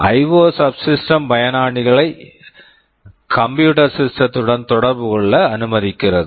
IO IO subsystem subsystem பயனாளிகளை computing system computing system துடன் தொடர்பு கொள்ள அனுமதிக்கிறது